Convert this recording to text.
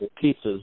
pieces